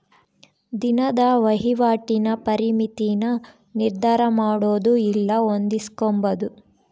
ದಿನದ ವಹಿವಾಟಿನ ಪರಿಮಿತಿನ ನಿರ್ಧರಮಾಡೊದು ಇಲ್ಲ ಹೊಂದಿಸ್ಕೊಂಬದು